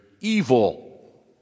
evil